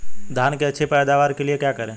धान की अच्छी पैदावार के लिए क्या करें?